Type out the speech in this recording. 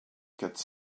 quatre